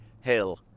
hill